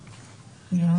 זרים,